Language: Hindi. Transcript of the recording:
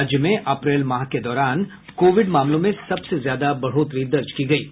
राज्य में अप्रैल माह के दौरान कोविड मामलों में सबसे ज्यादा बढ़ोतरी दर्ज की गयी है